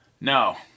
No